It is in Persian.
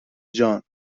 جان